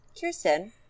Kirsten